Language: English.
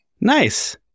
Nice